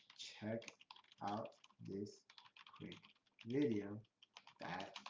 check out this great video that